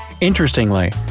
Interestingly